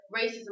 racism